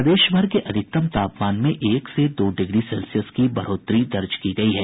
प्रदेश भर के अधिकतम तापमान में एक से दो डिग्री सेल्सियस की बढ़ोतरी दर्ज की गयी है